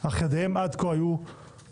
אך ידיהם עד כה היו כבולות.